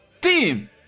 Team